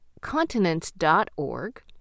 continents.org